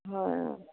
হয় অঁ